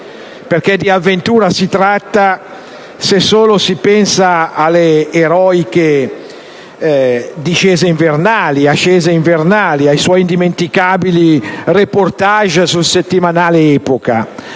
perché di avventura si tratta, se solo si pensa alle eroiche ascese invernali e ai suoi indimenticabili *reportage* sul settimanale "Epoca".